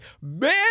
Man